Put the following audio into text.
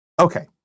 okay